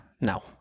No